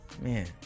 Man